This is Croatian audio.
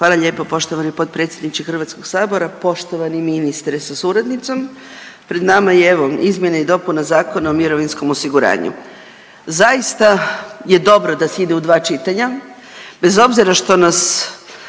Hvala lijepo poštovani potpredsjedniče Hrvatskog sabora, poštovani ministre sa suradnicom. Pred nama je evo izmjena i dopuna Zakona o mirovinskom osiguranju. Zaista je dobro da se ide u dva čitanja bez obzira što nas